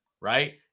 right